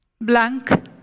blank